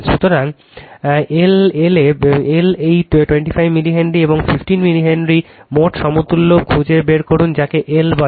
সুতরাং L এই 25 millihenry এবং 15 মিলি হেনরি মোট সমতুল্য খুঁজে বের করেন যাকে L বলে